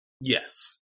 Yes